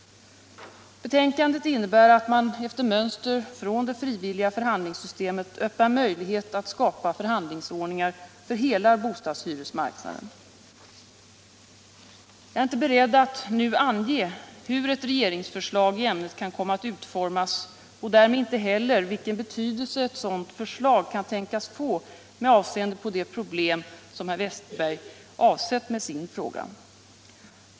Betänkandet innebär att man efter mönster från det frivilliga förhandlingssystemet öppnar möjlighet att skapa förhandlingsordningar för hela bostadshyresmarknaden. Jag är inte beredd att nu ange hur ett regeringsförslag i ämnet kan komma att utformas och därmed inte heller vilken betydelse ett sådant förslag kan tänkas få med avseende på det problem som herr Westerberg avsett med sin fråga.